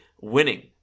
winning